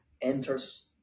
enters